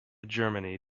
germany